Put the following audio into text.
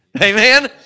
Amen